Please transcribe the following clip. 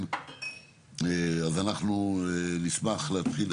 אז אנחנו נשמח להתחיל,